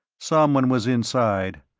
someone was inside,